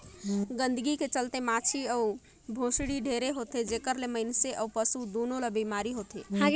गंदगी के चलते माछी अउ भुसड़ी ढेरे होथे, जेखर ले मइनसे अउ पसु दूनों ल बेमारी होथे